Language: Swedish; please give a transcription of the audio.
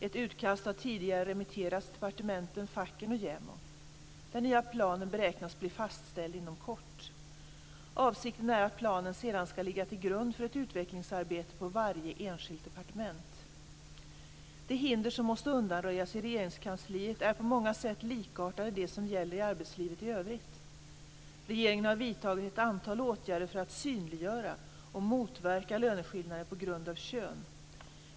Ett utkast har tidigare remitterats till departementen, facken och JämO. Den nya planen beräknas bli fastställd inom kort. Avsikten är att planen sedan ska ligga till grund för ett utvecklingsarbete på varje enskilt departement. De hinder som måste undanröjas i Regeringskansliet är på många sätt likartade de som gäller arbetslivet i övrigt. Regeringen har vidtagit ett antal åtgärder för att synliggöra och motverka löneskillnader på grund av kön.